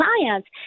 clients